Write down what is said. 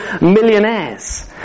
millionaires